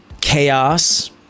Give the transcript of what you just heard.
chaos